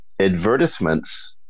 advertisements